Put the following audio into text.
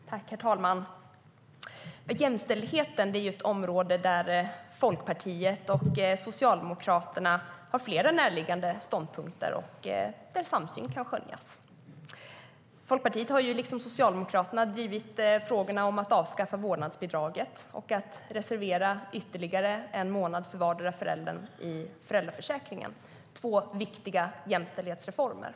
Herr talman! Jämställdheten är ett område där Folkpartiet och Socialdemokraterna har flera närliggande ståndpunkter och där samsyn kan skönjas. Folkpartiet har liksom Socialdemokraterna drivit frågorna om att avskaffa vårdnadsbidraget och att reservera ytterligare en månad för vardera föräldern i föräldraförsäkringen. Det är två viktiga jämställdhetsreformer.